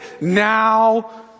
now